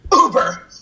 Uber